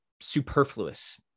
superfluous